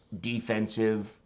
defensive